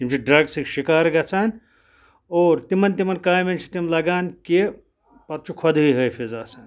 تِم چھِ ڈرٛگسٕکۍ شِکار گژھان اور تِمَن تِمَن کامٮ۪ن چھِ تِم لگان کہِ پَتہٕ چھُ خۄدہٕے حٲفظ آسان